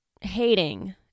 hating